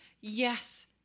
yes